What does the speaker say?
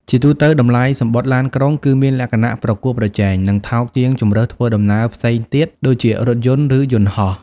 ជាទូទៅ តម្លៃសំបុត្រឡានក្រុង គឺមានលក្ខណៈប្រកួតប្រជែង និងថោកជាងជម្រើសធ្វើដំណើរផ្សេងទៀតដូចជារថភ្លើង ឬយន្តហោះ។